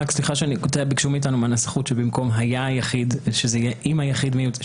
ביקשו מהנסחות שבמקום "היה היחיד" יהיה "אם היחיד מיוצג ימציא"